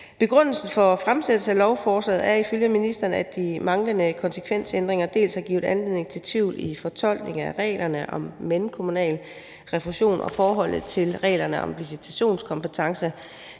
Begrundelsen for fremsættelsen af lovforslaget er ifølge ministeren, at de manglende konsekvensændringer dels har givet anledning til tvivl i fortolkningen af reglerne om mellemkommunal refusion og forholdet til reglerne om visitationskompetence,